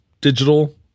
digital